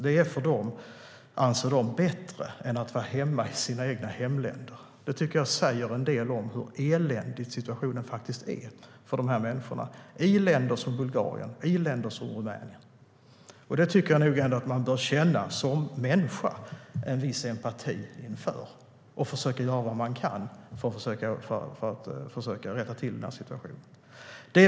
De anser att det är bättre än att vara i sina hemländer. Det säger en del om hur eländig situationen faktiskt är för dessa människor i till exempel Bulgarien och Rumänien. Detta bör man som människa känna en viss empati för och försöka göra vad man kan för att rätta till.